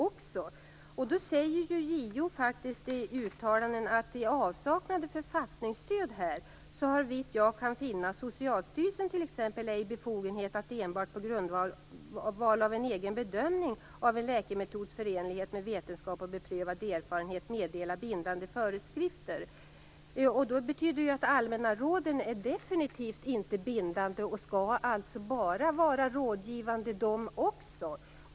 JO säger faktiskt i ett uttalande: I avsaknad av författningsstöd har såvitt jag kan finna Socialstyrelsen t.ex. ej befogenhet att enbart på grundval av en egen bedömning av en läkemetods förenlighet med vetenskap och beprövad erfarenhet meddela bindande föreskrifter. Det betyder ju att de allmänna råden definitivt inte är bindande och alltså bara skall vara rådgivande, de också.